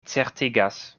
certigas